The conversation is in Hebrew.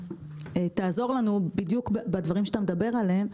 תעזור לנו בדיוק בדברים שאתה מדבר עליהם,